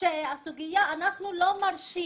שאנחנו לא מרשים